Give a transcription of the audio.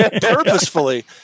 purposefully